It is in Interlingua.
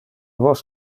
vos